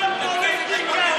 מה עם האילתים?